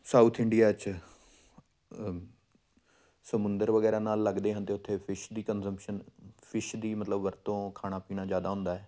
south India 'ਚ ਸਮੁੰਦਰ ਵਗੈਰਾ ਨਾਲ ਲੱਗਦੇ ਹਨ ਅਤੇ ਉਥੇ ਫਿਸ਼ ਦੀ ਕੰਜਮਸ਼ਨ ਫਿਸ਼ ਦੀ ਮਤਲਬ ਵਰਤੋਂ ਖਾਣਾ ਪੀਣਾ ਜ਼ਿਆਦਾ ਹੁੰਦਾ ਹੈ